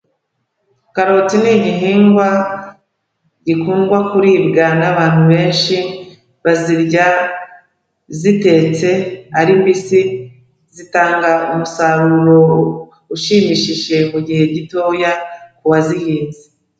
Karoti ni igihingwa gikundwa kuribwa n'abantu benshi, bazirya zitetse ari mbisi, zitanga umusaruro ushimishije mu gihe gitoya kuwazihinze.